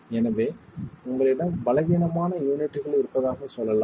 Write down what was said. எனவே உங்களிடம் பலவீனமான யூனிட்கள் இருப்பதாகச் சொல்லலாம்